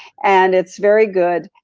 and it's very good.